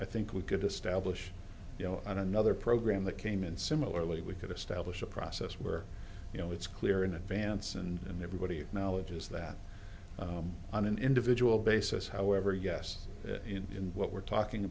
i think we could establish you know on another program that came in similarly we could establish a process where you know it's clear in advance and everybody acknowledges that on an individual basis however yes in what we're talking